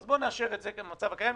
אז בוא נאשר את זה כמצב הקיים,